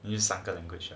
use 三个的 question